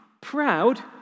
proud